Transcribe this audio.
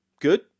good